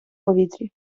повітрі